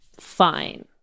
Fine